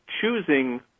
choosing